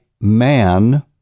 man